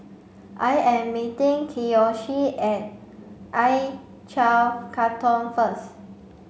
I am meeting Kiyoshi at I twenlve Katong first